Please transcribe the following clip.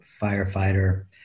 firefighter